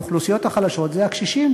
באוכלוסיות החלשות זה הקשישים.